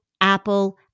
Apple